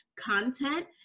content